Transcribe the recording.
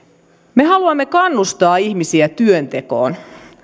me haluamme kannustaa ihmisiä työntekoon